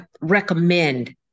recommend